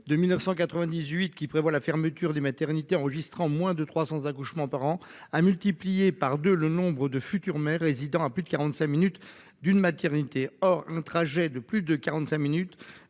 de 1998 qui prévoit la fermeture des maternités enregistrant moins de 300 accouchements par an à multiplier par 2 le nombre de futures mères résidant à plus de 45 minutes d'une maternité, or un trajet de plus de 45 minutes